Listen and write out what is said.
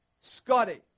Scotty